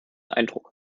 eindruck